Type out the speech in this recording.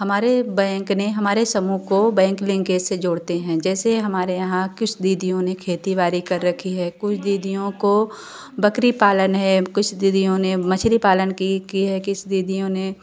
हमारे बैंक ने हमारे समूह को बैंक लिंक कैसे जोड़ते हैं जैसे हमारे यहाँ किस दीदीयों ने खेती बाड़ी कर रखी है कुछ दीदीयों को बकरी पालन है कुछ दीदीयों ने मछली पालन की की है किसी दीदीयों ने